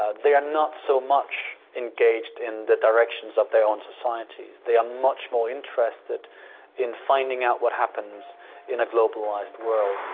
ah they are not so much engaged in the directions of their own societies. they are much more interested in finding out what happens in a globalised world.